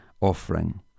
offering